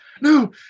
No